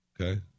Okay